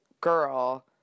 girl